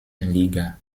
liga